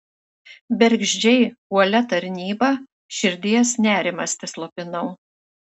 bergždžiai uolia tarnyba širdies nerimastį slopinau